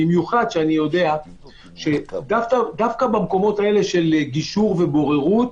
במיוחד כשאני יודע שדווקא במקומות האלה של גישור ובוררות